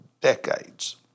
decades